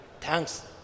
thanks